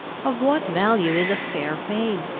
of what value is a fair fame?